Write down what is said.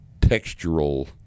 textural